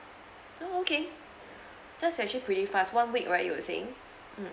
oh okay that's actually pretty fast one week right you were saying mm